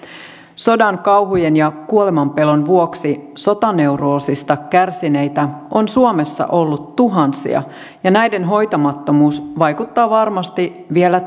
sodan kauhujen ja kuolemanpelon vuoksi sotaneuroosista kärsineitä on suomessa ollut tuhansia ja näiden hoitamattomuus vaikuttaa varmasti vielä